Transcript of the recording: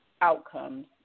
outcomes